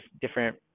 different